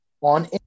on